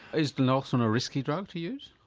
is naloxone a risky drug to use?